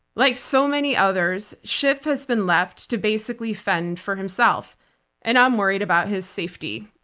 like so many others, schiff has been left to basically fend for himself and i'm worried about his safety.